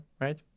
right